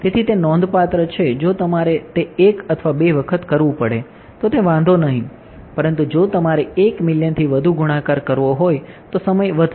તેથી તે નોંધપાત્ર છે જો તમારે તે 1 અથવા 2 વખત કરવું પડે તો તે વાંધો નહીં પરંતુ જો તમારે 1 મિલિયનથી વધુ ગુણાકાર કરવો હોય તો સમય વધશે